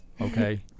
okay